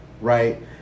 Right